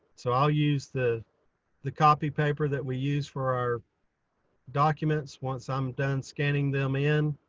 so i'll use the the copy paper that we use for our documents once i'm done scanning them in.